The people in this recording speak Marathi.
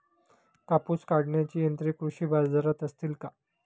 कापूस काढण्याची यंत्रे कृषी बाजारात असतील का?